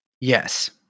Yes